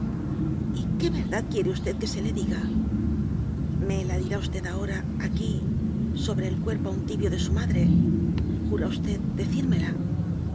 verdad y qué verdad quiere usted que se le diga me la dirá usted ahora aquí sobre el cuerpo aun tibio de su madre jura usted